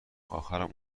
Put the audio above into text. اخرم